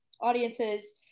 audiences